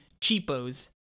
cheapos